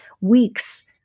weeks